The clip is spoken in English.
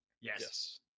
Yes